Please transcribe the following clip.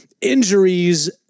injuries